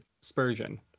Spurgeon